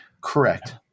Correct